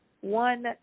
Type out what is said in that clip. one